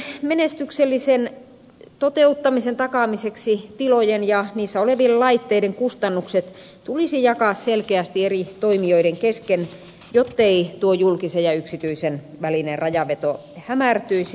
uudistuksen menestyksellisen toteuttamisen takaamiseksi tilojen ja niissä olevien laitteiden kustannukset tulisi jakaa selkeästi eri toimijoiden kesken jottei tuo julkisen ja yksityisen välinen rajanveto hämärtyisi